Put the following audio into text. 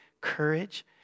courage